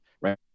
right